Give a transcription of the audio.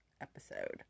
episode